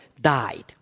died